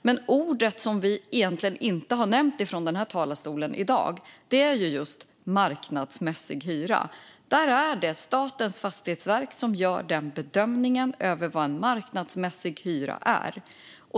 Men ordet som inte har nämnts från talarstolen i dag är marknadsmässig hyra. Statens fastighetsverk gör bedömningen vad en marknadsmässig hyra är.